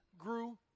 Grew